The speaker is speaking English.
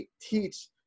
teach